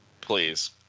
Please